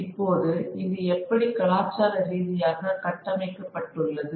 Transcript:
இப்போது இது எப்படி கலாச்சார ரீதியாக கட்டமைக்கப்பட்டுள்ளது